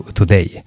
today